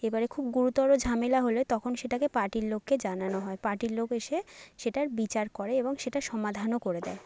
এবারে খুব গুরুতর ঝামেলা হলে তখন সেটাকে পার্টির লোককে জানানো হয় পার্টির লোক এসে সেটার বিচার করে এবং সেটার সমাধানও করে দেয়